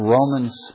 Romans